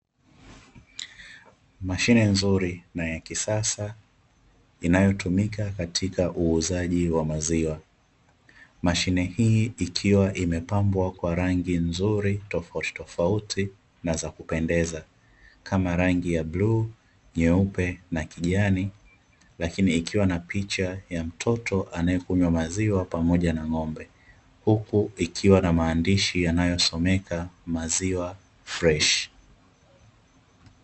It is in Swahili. Mashine nzuri na ya kisasa inayotumika katika uuzaji wa maziwa, mashine hii ikiwa imepambwa kwa rangi nzuri tofautitofauti na za kupendeza kama rangi ya bluu, nyeupe na ya kijani lakini ikiwa na picha ya mtoto anayekunywa maziwa pamoja na ng'ombe, huku ikiwa na maandishi yanayosomeka maziwa freshi.